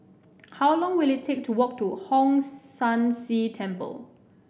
how long will it take to walk to Hong San See Temple